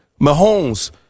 Mahomes